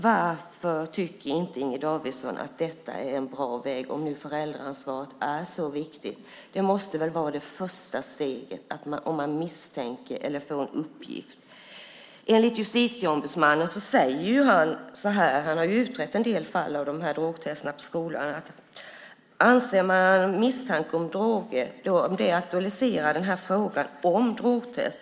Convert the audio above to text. Varför tycker inte Inger Davidson att detta är en bra väg, om nu föräldraansvaret är så viktigt? Det måste väl vara det första steget om man misstänker något eller får en uppgift? Justitieombudsmannen har utrett en del fall av drogtester i skolan. Han säger: Anser man att det finns misstanke om droger aktualiserar det frågan om drogtest.